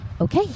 okay